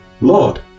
Lord